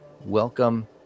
Welcome